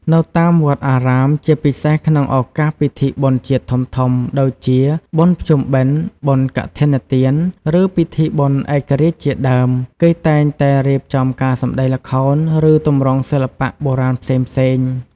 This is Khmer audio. នៅតាមវត្តអារាម ជាពិសេសក្នុងឱកាសពិធីបុណ្យជាតិធំៗ ដូចជា បុណ្យភ្ជុំបិណ្ឌ បុណ្យកឋិនទាន ឬពិធីបុណ្យឯករាជ្យជាដើម គេតែងតែរៀបចំការសម្ដែងល្ខោន ឬទម្រង់សិល្បៈបុរាណផ្សេងៗ។